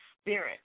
spirit